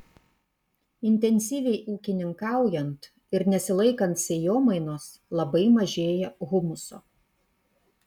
intensyviai ūkininkaujant ir nesilaikant sėjomainos labai mažėja humuso